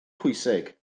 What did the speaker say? pwysig